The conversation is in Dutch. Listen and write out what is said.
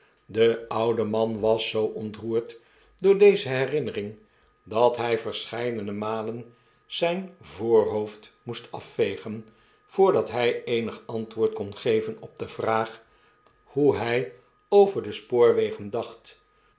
de oude man was zoo ontroerd door deze herinnering dat hg verscheidene malen zgn voorhoofd moest af vegen voordat hij eenig antwoord kon geven op de vraag hoe hg over de spoorwegen dacht